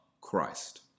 Christ